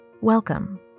Welcome